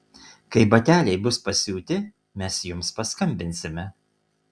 kai bateliai bus pasiūti mes jums paskambinsime